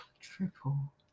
Triple